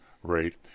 rate